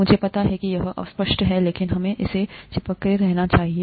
मुझे पता है कि यह अस्पष्ट है लेकिन हमें इससे चिपके रहना चाहिए